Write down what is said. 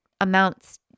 amounts